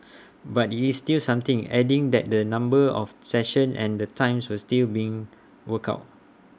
but IT is still something adding that the number of sessions and the times were still being worked out